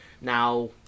Now